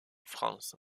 france